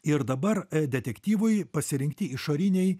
ir dabar detektyvui pasirinkti išoriniai